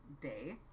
day